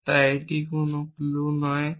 অবশ্যই এটি কোনও কলু সেট নয়